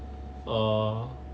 err